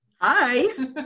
Hi